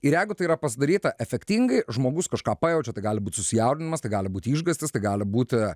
ir jeigu tai yra pasidaryta efektingai žmogus kažką pajaučia tai gali būt susijaudinimas tai gali būt išgąstis tai gali būti